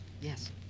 Yes